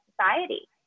society